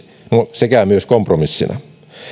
sekä myös kompromissina